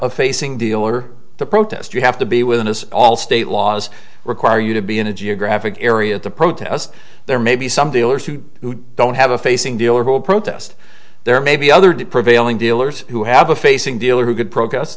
a facing dealer protest you have to be with us all state laws require you to be in a geographic area the protests there may be some dealers who don't have a facing dealer who will protest there may be other the prevailing dealers who have a facing dealer who could progress